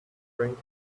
drank